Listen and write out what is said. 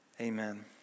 amen